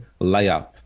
layup